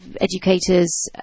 educators